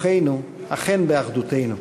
כוחנו אכן באחדותנו.